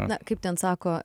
na kaip ten sako